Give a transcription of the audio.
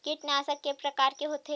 कीटनाशक के प्रकार के होथे?